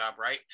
Right